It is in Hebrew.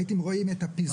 הייתם רואים את הפיזור.